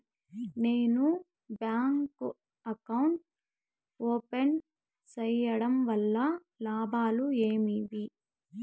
నేను bank account open సేయడం వల్ల లాభాలు ఏమేమి?